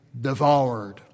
devoured